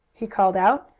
he called out,